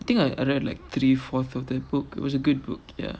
think I I read like three four total book which is a good book ya